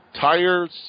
tires